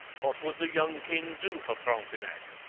what would the young king do for frontenac?